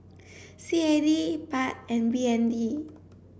C A D Baht and B N D